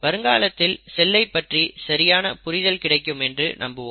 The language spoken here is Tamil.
வருங்காலத்தில் செல்லை பற்றி சரியான புரிதல் கிடைக்கும் என்று நம்புவோம்